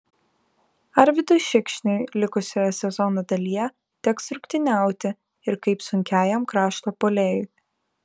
arvydui šikšniui likusioje sezono dalyje teks rungtyniauti ir kaip sunkiajam krašto puolėjui